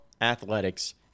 athletics